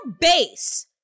base